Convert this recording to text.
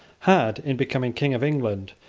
had, in becoming king of england,